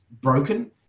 broken